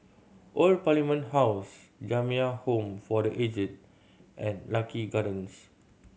Old Parliament House Jamiyah Home for The Aged and Lucky Gardens